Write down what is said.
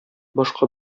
башка